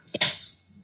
Yes